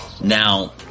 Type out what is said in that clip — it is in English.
Now